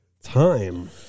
Time